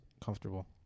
comfortable